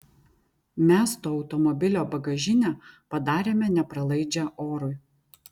mes to automobilio bagažinę padarėme nepralaidžią orui